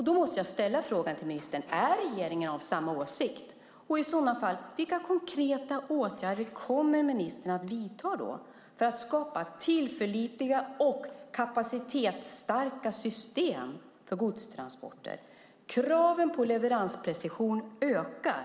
Då måste jag ställa frågan till ministern: Är regeringen av samma åsikt? I sådana fall, vilka konkreta åtgärder kommer ministern att vidta för att skapa tillförlitliga och kapacitetsstarka system för godstransporter? Kraven på leveransprecision ökar.